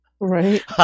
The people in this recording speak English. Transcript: right